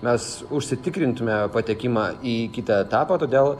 mes užsitikrintume patekimą į kitą etapą todėl